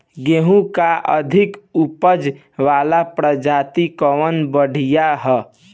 गेहूँ क अधिक ऊपज वाली प्रजाति कवन बढ़ियां ह?